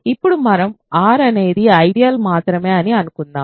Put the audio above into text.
ఇప్పుడు మనం R అనేది ఐడియల్ మాత్రమే అని అనుకుందాం